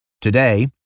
today